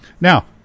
Now